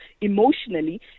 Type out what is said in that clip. emotionally